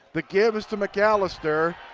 the give is to mcalister.